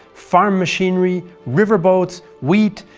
farm machinery, river boats, wheat,